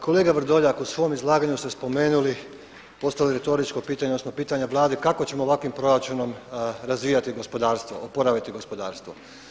Kolega Vrdoljak, u svom izlaganju ste spomenuli, postavili retoričko pitanje odnosno pitanje Vladi kako ćemo ovakvim proračunom razvijati gospodarstvo, oporaviti gospodarstvo.